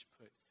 put